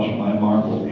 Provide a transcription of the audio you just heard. my marbles,